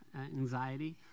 anxiety